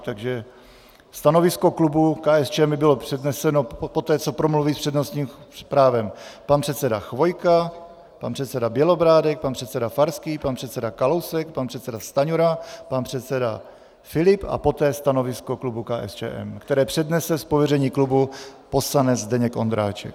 Takže stanovisko klubu by bylo předneseno poté, co promluví s přednostním právem pan předseda Chvojka, pan předseda Bělobrádek, pan předseda Farský, pan předseda Kalousek, pan předseda Stanjura, pan předseda Filip a poté stanovisko klubu KSČM, které přednese z pověření klubu poslanec Zdeněk Ondráček.